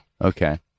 Okay